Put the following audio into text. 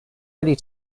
ready